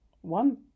One